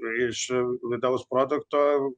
iš vidaus produkto